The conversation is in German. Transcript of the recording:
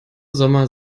sommer